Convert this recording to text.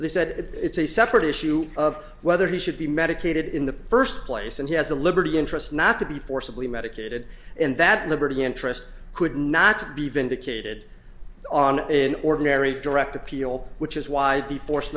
they said it's a separate issue of whether he should be medicated in the first place and he has the liberty interest not to be forcibly medicated and that liberty interest could not be vindicated on in ordinary direct appeal which is why the force